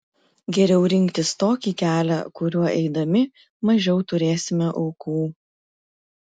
geriau rinktis tokį kelią kuriuo eidami mažiau turėsime aukų